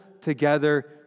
together